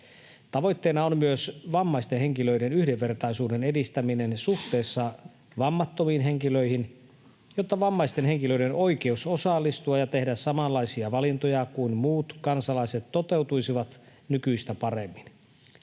Tavoitteena on myös vammaisten henkilöiden yhdenvertaisuuden edistäminen suhteessa vammattomiin henkilöihin, jotta vammaisten henkilöiden oikeus osallistua ja tehdä samanlaisia valintoja kuin muut kansalaiset toteutuisi nykyistä paremmin.